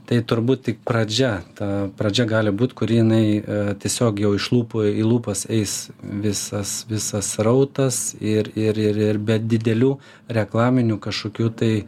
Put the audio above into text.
tai turbūt tik pradžia ta pradžia gali būt kuri jinai tiesiog jau iš lūpų į lūpas eis visas visas srautas ir ir ir ir be didelių reklaminių kašokių tai